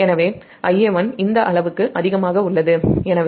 எனவே Ia1 இந்த அளவுக்கு அதிகமாக உள்ளது எனவே j 4